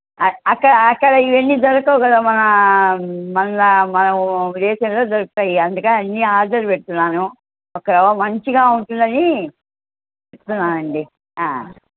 అక్కడ అక్కడ ఇవన్నీ దొరకవు కదా మన మన మనము దేశంలో దొరుకుతాయి అందుకని అన్నీ ఆర్డర్ పెడుతున్నాను ఒకరవ్వ మంచిగా ఉంటుందని పెడుతున్నాను అండి